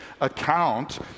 account